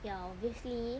ya obviously